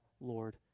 Lord